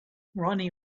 ronnie